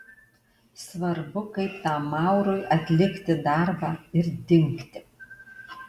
svarbu kaip tam maurui atlikti darbą ir dingti